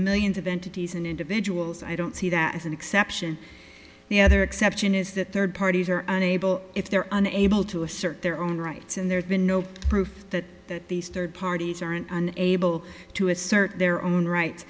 millions of entities and individuals i don't see that as an exception the other exception is that third parties are unable if they're unable to assert their own rights and there's been no proof that these third parties aren't on able to assert their own rights